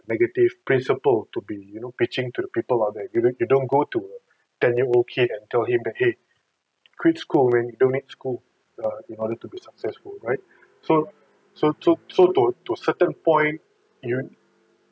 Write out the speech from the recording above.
negative principle to be you know pitching to the people out there you don't you don't go to a ten year old kid and tell him that !hey! quit school man you don't need school err in order to be successful right so so so so to a certain point you